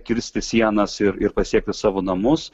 kirsti sienas ir ir pasiekti savo namus